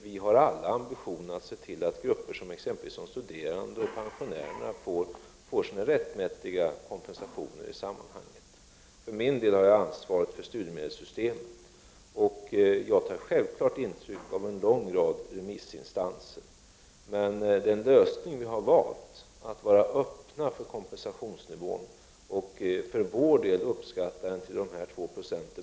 Vi har alla ambitionen att se till att grupper som exempelvis de studerande och pensionärerna får sin rättmätiga kompensation i sammanhanget. För min del har jag ansvar för studiemedelssystemet. Jag tar självfallet intryck av en lång rad remissinstanser. Den lösning vi har valt är att vara öppna 45 för kompensationsnivån och att för vår del uppskatta den till 2 26.